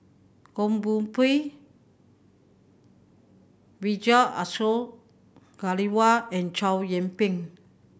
Goh Koh Pui Vijesh Ashok Ghariwala and Chow Yian Ping